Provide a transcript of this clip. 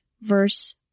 verse